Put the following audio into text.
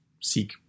seek